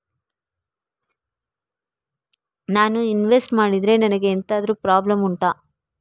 ನಾನು ಇನ್ವೆಸ್ಟ್ ಮಾಡಿದ್ರೆ ನನಗೆ ಎಂತಾದ್ರು ಪ್ರಾಬ್ಲಮ್ ಉಂಟಾ